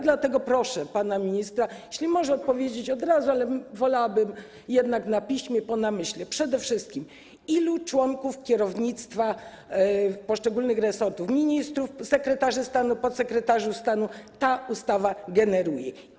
Dlatego proszę pana ministra, jeśli może odpowiedzieć od razu, ale po namyśle wolałabym jednak na piśmie, proszę przede wszystkim odpowiedzieć, ilu członków kierownictwa poszczególnych resortów: ministrów, sekretarzy stanu, podsekretarzy stanu, ta ustawa generuje.